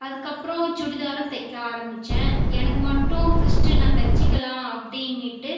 அதுக்கப்புறம் சுடிதாரும் தைக்க ஆரம்பிச்சேன் எனக்கு மட்டும் ஃபர்ஸ்ட் நான் தைச்சிக்கலாம் அப்படின்னிட்டு